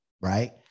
right